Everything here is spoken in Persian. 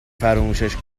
فراموشش